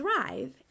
thrive